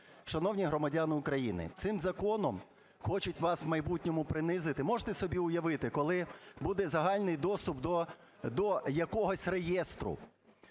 шановні громадяни України, цим законом хочуть вас в майбутньому принизити. Можете собі уявити, коли буде загальний доступ до якогось реєстру.